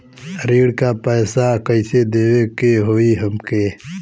ऋण का पैसा कइसे देवे के होई हमके?